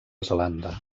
zelanda